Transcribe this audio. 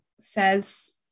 says